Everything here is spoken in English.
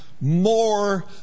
more